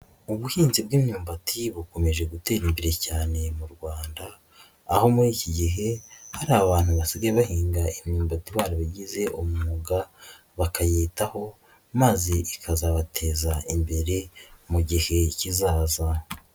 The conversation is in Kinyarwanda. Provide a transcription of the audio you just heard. Ubuhinzi bw'imyumbati bukomeje gutera imbere cyane mu Rwanda, aho muri iki gihe hari abantu basigaye bahinga imyumbati barabigize umwuga, bakayitaho maze ikazabateza imbere mu gihe kizaza.